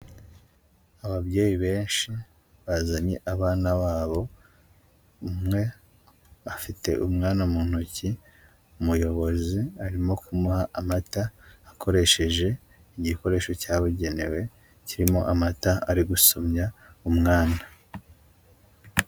Ababyeyi benshi bazanye abana babo, umwe afite umwana mu ntoki, umuyobozi arimo kumuha amata akoresheje igikoresho cyabugenewe kirimo amata ari gusomya umwana.